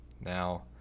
now